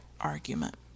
argument